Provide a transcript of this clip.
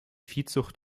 viehzucht